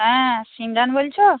হ্যাঁ সিমরান বলছ